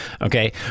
Okay